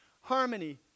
harmony